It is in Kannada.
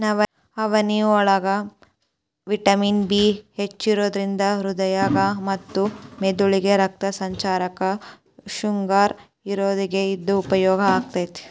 ನವನಿಯೋಳಗ ವಿಟಮಿನ್ ಬಿ ಹೆಚ್ಚಿರೋದ್ರಿಂದ ಹೃದ್ರೋಗ ಮತ್ತ ಮೆದಳಿಗೆ ರಕ್ತ ಸಂಚಾರಕ್ಕ, ಶುಗರ್ ಇದ್ದೋರಿಗೆ ಇದು ಉಪಯೋಗ ಆಕ್ಕೆತಿ